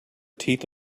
teeth